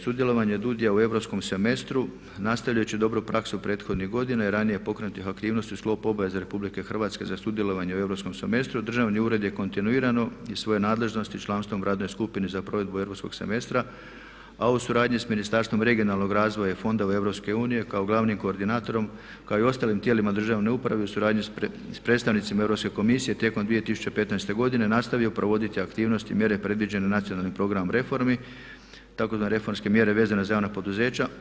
Sudjelovanje DUUDI-ja u Europskom semestru nastavljajući dobru praksu prethodnih godina i ranije pokrenutih aktivnosti u sklopu obveze RH za sudjelovanje u Europskom semestru državni ured je kontinuirano iz svoje nadležnosti članstvom u Radnoj skupini za provedbu Europskog semestra a u suradnji s Ministarstvom regionalnog razvoja i fondova EU kao glavnim koordinatorom kao i ostalim tijelima državne uprave u suradnji s predstavnicima Europske komisije tijekom 2015. godine nastavio provoditi aktivnosti i mjere predviđene nacionalnim programom reformi, tzv. reformske mjere vezane za javna poduzeća.